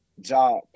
job